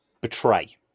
betray